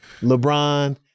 LeBron